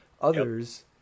others